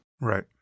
Right